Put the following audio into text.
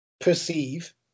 perceive